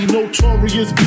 Notorious